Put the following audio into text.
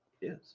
Yes